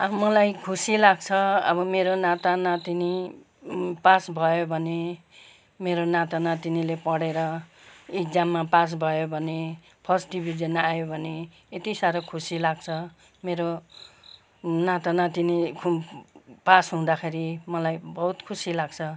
अब मलाई खुसी लाग्छ अब मेरो नाता नातिनी पास भयो भने मेरो नाता नातिनीले पढेर एक्जाममा पास भयो भने फर्स्ट डिभिजन आयो भने यति साह्रो खुसी लाग्छ मेरो नाता नातिनी पास हुँदाखेरि मलाई बहुत खुसी लाग्छ